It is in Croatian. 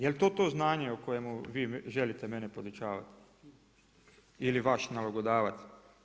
Jel' to to znanje o kojemu vi želite mene podučavati ili vaš nalogodavac?